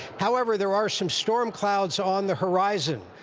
however, there are some storm clouds on the horizon.